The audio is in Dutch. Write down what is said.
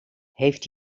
heeft